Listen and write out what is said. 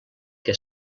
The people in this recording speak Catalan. que